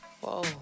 whoa